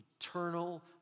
eternal